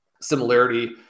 similarity